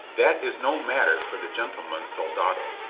that is no matter for the gentleman soldado.